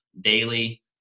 daily